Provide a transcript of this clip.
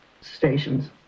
stations